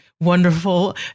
wonderful